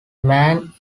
man